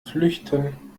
flüchten